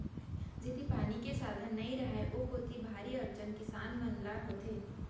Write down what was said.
जेती पानी के साधन नइ रहय ओ कोती भारी अड़चन किसान मन ल होथे